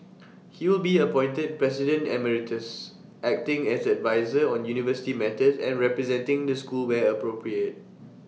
he will be appointed president Emeritus acting as adviser on university matters and representing the school where appropriate